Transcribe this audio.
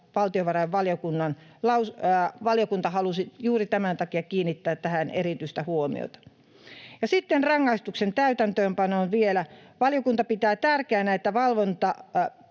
huolestuttavaa. Valiokunta halusi juuri tämän takia kiinnittää tähän erityistä huomiota. Ja sitten rangaistuksen täytäntöönpanoon vielä: valiokunta pitää tärkeänä, että